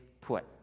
put